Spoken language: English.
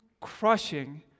crushing